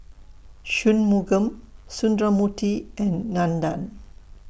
Shunmugam Sundramoorthy and Nandan